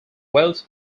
welch